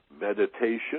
meditation